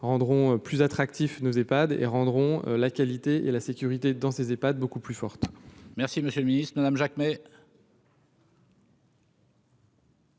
rendront plus attractifs, nous Epad et rendront la qualité et la sécurité dans ses épate beaucoup plus fort.